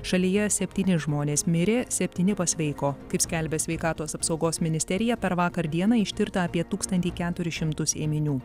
šalyje septyni žmonės mirė septyni pasveiko kaip skelbia sveikatos apsaugos ministerija per vakar dieną ištirta apie tūkstantį keturis šimtus ėminių